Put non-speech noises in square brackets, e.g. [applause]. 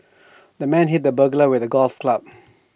[noise] the man hit the burglar with A golf club [noise]